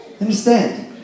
understand